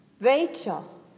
Rachel